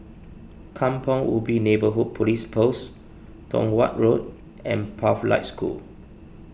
Kampong Ubi Neighbourhood Police Post Tong Watt Road and Pathlight School